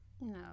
No